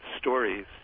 stories